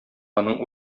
аның